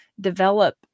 develop